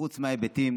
חוץ מההיבטים